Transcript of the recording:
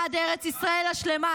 בעד ארץ ישראל השלמה,